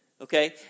Okay